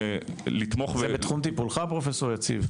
זה בתחום טיפולך פרופסור יציב?